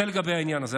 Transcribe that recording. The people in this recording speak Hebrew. זה לגבי העניין הזה.